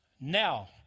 now